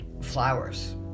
flowers